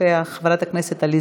חבר הכנסת אראל מרגלית,